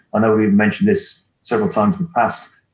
i know we've mentioned this several times in the past,